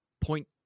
point